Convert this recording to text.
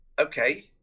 Okay